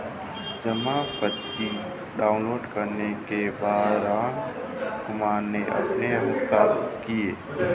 जमा पर्ची डाउनलोड करने के बाद रामकुमार ने अपना हस्ताक्षर किया